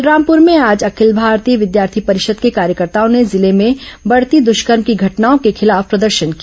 बलरामपुर में आज अखिल भारतीय विद्यार्थी परिषद के कार्यकर्ताओं ने जिले में बढ़ते दुष्कर्म की घटनाओं के खिलाफ प्रदर्शन किया